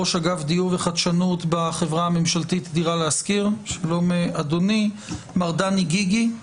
ראש אגף דיור וחדשנות בחברה הממשלתית "דירה להשכיר"; מר דני גיגי,